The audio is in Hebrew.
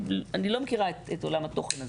אני לא מכירה את עולם התוכן הזה,